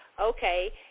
Okay